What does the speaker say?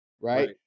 right